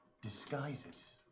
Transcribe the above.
Disguises